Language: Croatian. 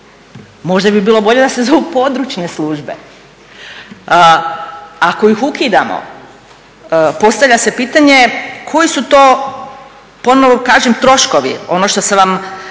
Možda bi bilo bolje da se zovu područne službe. Ako ih ukidamo postavlja se pitanje koji su to ponovno kažem troškovi, ono što sam vam